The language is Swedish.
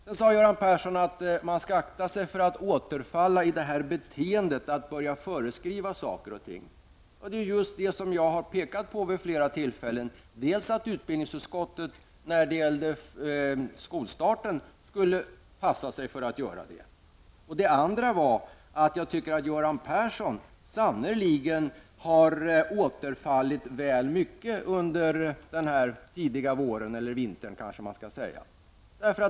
Sedan sade Göran Persson att man skall akta sig för att återfalla i det här beteendet att börja föreskriva saker och ting. Vid flera tillfällen har jag just pekat på dels att utbildningsutskottet, när det gällde skolstarten, skulle passa sig för att göra det, dels att jag tycker att Göran Persson sannerligen har återfallit till det väl mycket under den här tidiga våren, eller vintern kanske man skall säga.